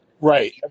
Right